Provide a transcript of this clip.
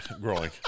growing